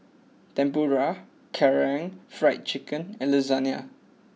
Tempura Karaage Fried Chicken and Lasagna